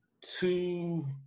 two